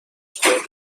فکر